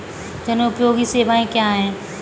जनोपयोगी सेवाएँ क्या हैं?